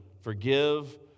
forgive